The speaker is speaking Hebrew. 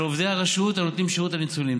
עובדי הרשות הנותנים שירות לניצולים,